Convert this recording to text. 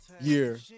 year